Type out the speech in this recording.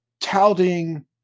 touting